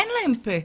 אין להם פה,